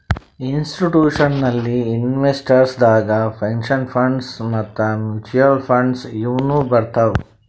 institutional investors ದಾಗ್ pension funds ಮತ್ತ್ mutual funds ಇವ್ನು ಬರ್ತವ್